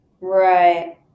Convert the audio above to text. Right